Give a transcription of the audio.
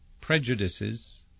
prejudices